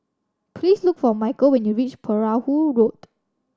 please look for Mychal when you reach Perahu Road